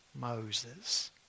Moses